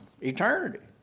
eternity